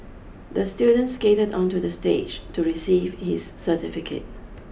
the student skated onto the stage to receive his certificate